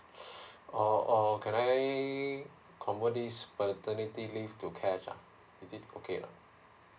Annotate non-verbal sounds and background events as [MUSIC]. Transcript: [NOISE] oh oh can I I convert this paternity leave to cash lah is it okay or not